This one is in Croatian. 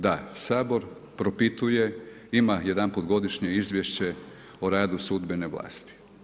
Da, Sabor propituje, ima jedanput godišnje izvješće o radu sudbene vlasti.